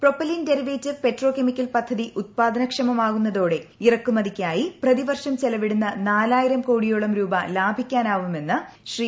ഏപ്പ്പ്പലിൻ derivative petrochemical പദ്ധതി ഉത്പാദന ക്ഷ്മമാകുന്നതോടെ ഇറക്കുമതിയ്ക്കായി പ്രതിവർഷം ചെല്ലുവിട്ടുന്ന നാലായിരം കോടിയോളം രൂപ ലാഭിയ്ക്കാനാവുമെന്ന് ശ്രീ